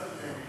לא הסטודנטים.